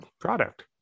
product